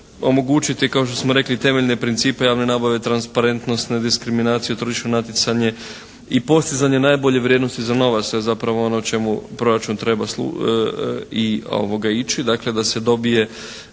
će omogućiti kao što smo rekli temeljne principe javne nabave, transparentnost, nediskriminaciju, tržišno natjecanje i postizanje najbolje vrijednosti …/Govornik se ne razumije./… zapravo ono o čemu proračun treba i ići, dakle da se dobije